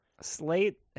Slate